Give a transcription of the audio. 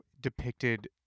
depicted